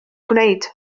gwneud